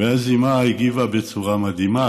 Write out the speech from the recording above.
ואז אימא הגיבה בצורה מדהימה,